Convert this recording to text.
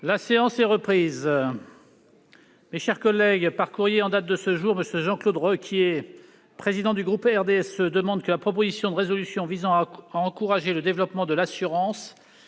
La séance est reprise. Mes chers collègues, par courrier en date de ce jour, M. Jean-Claude Requier, président du groupe du RDSE, demande que la proposition de résolution visant à encourager le développement de l'assurance